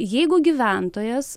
jeigu gyventojas